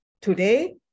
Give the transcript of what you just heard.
today